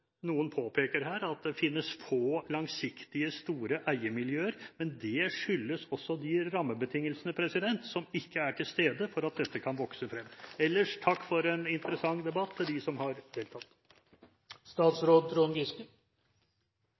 noen påpeker her, at det finnes få langsiktige, store eiermiljøer, men det skyldes også de rammebetingelsene som ikke er til stede for at dette kan vokse frem. Ellers: Takk til dem som har deltatt, for en interessant debatt.